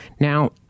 Now